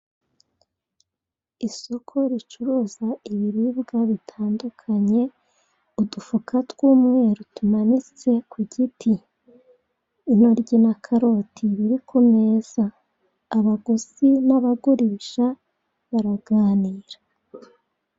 Isoko ricuruza ibiribwa bitandukanye, udufuka tw'umweru tumanitse ku giti, Intoryi na karoti biri ku meza; abaguzi n'abagurisha baraganira.